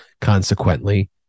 Consequently